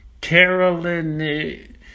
Carolyn